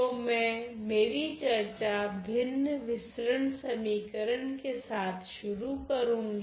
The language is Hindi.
तो मैं मेरी चर्चा भिन्न विसरण समीकरण के साथ शुरू करूंगी